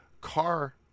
car